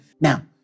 Now